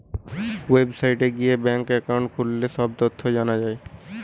ওয়েবসাইটে গিয়ে bank account খুললে সব তথ্য জানা যায়